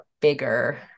bigger